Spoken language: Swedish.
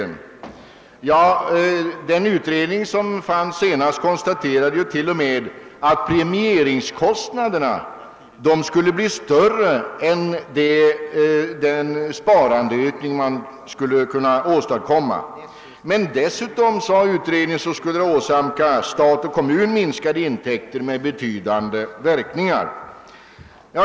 Vid den senaste utredningen konstaterades t.o.m. att premieringskostnaden skulle bli större än den ökning av sparandet som kunde förväntas. Dessutom skulle stat och kommun åsamkas minskade intäkter med de betydande verkningar som detta skulle ha.